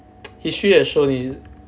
history has shown